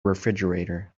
refrigerator